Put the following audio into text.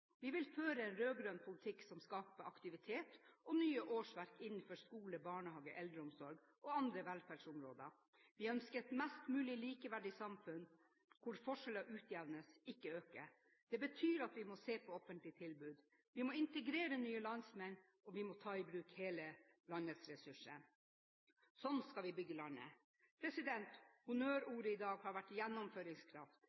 Vi vil føre en rød-grønn politikk som skaper aktivitet og nye årsverk innenfor skoler, barnehager, eldreomsorg og andre velferdsområder. Vi ønsker et mest mulig likeverdig samfunn hvor forskjeller utjevnes, ikke øker. Det betyr at vi må se på offentlige tilbud. Vi må integrere nye landsmenn, og vi må ta i bruk hele landets ressurser. Sånn skal vi bygge landet.